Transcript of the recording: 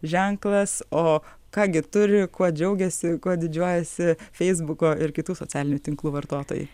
ženklas o ką gi turi kuo džiaugiasi kuo didžiuojasi feisbuko ir kitų socialinių tinklų vartotojai